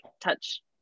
touch